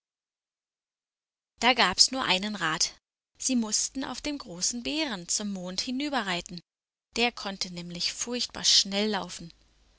da gab's nur einen rat sie mußten auf dem großen bären zum mond hinüberreiten der konnte nämlich furchtbar schnell laufen